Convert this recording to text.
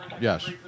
Yes